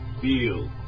feel